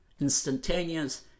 instantaneous